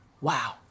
wow